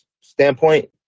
standpoint